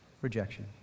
rejection